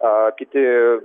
a kiti